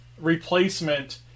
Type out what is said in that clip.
replacement